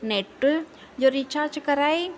net जो recharge कराए